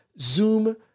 Zoom